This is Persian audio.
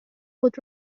خود